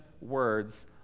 words